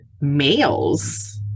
males